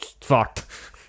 Fucked